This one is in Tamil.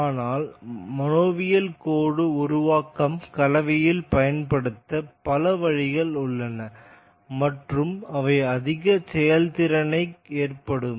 ஆனால் மனோவியல் கோடு உருவாக்கம் கலவையில் பயன்படுத்த பல வழிகள் உள்ளன மற்றும் அவை அதிக செயல்திறனை ஏற்படுத்தும்